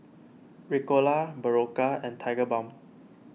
Ricola Berocca and Tigerbalm